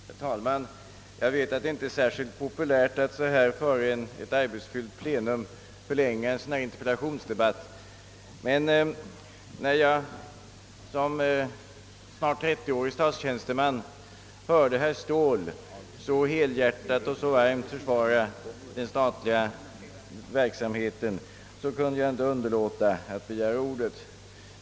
Herr talman! Jag vet att det inte är särskilt populärt att så här före ett arbetsfyllt plenum förlänga en interpella tionsdebatt. Men när jag, som under snart 30 år varit statstjänsteman, hörde herr Ståhl så helhjärtat och varmt försvara den statliga verksamheten, kunde jag dock inte underlåta att begära ordet.